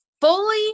fully